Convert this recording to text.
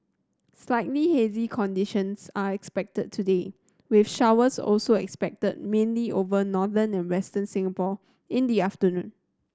slightly hazy conditions are expected today with showers also expected mainly over northern and Western Singapore in the afternoon